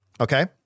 Okay